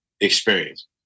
experience